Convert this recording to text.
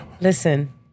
Listen